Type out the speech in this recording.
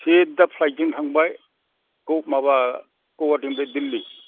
सिदा फ्लाइदजों थांबाय माबा गुवाहाटिनिफ्राय दिल्लि